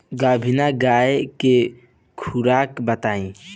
गाभिन गाय के खुराक बताई?